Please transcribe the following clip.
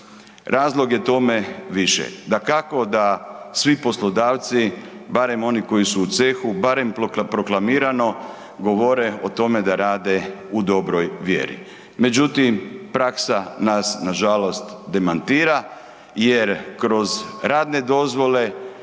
Razlog je tome više, dakako da svi poslodavci, barem oni koji su u cehu, barem proklamirano, govore o tome da rade u dobroj vjeri. Međutim, praksa nas nažalost demantira jer kroz radne dozvole,